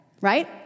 right